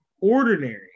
ordinary